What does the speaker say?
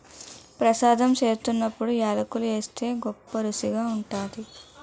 ప్రసాదం సేత్తున్నప్పుడు యాలకులు ఏస్తే గొప్పరుసిగా ఉంటాది